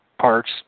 parts